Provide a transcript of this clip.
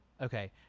Okay